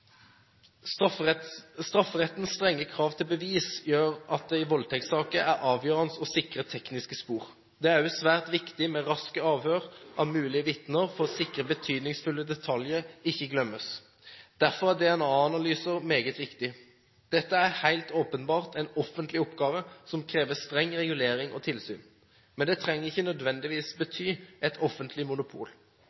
Strafferettens strenge krav til bevis gjør at det i voldtektssaker er avgjørende å sikre tekniske spor. Det er også svært viktig med raske avhør av mulige vitner for å sikre at betydningsfulle detaljer ikke glemmes. Derfor er DNA-analyser meget viktig. Dette er helt åpenbart en offentlig oppgave som krever streng regulering og tilsyn, men det trenger ikke nødvendigvis